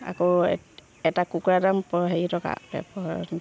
আকৌ এটা কুকুৰা দাম হেৰি টকা